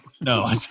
No